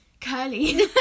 Curly